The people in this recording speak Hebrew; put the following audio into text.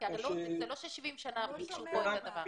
זה לא ש-70 שנה ביקשו פה כזה דבר.